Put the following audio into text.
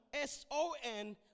S-O-N